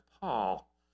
Paul